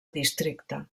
districte